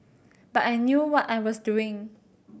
but I knew what I was doing